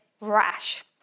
rash